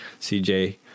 CJ